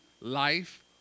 life